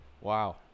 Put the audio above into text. Wow